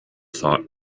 thought